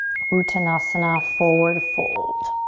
uttanasana, forward fold.